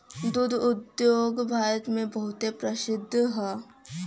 दुग्ध उद्योग भारत मे बहुते प्रसिद्ध हौ